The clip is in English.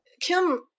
Kim